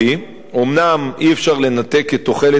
אומנם אי-אפשר לנתק את תוחלת החיים גם